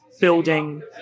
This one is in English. building